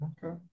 Okay